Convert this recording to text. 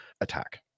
attack